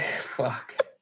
Fuck